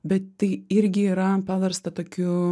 bet tai irgi yra paversta tokiu